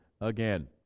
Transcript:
again